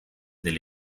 del